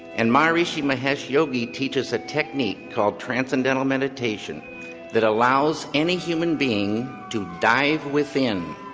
and maharishi mahesh yogi teaches a technique called transcendental meditation that allows any human being to dive within,